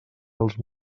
els